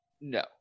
No